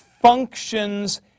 functions